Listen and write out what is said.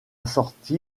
assorti